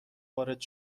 وارد